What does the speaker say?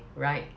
right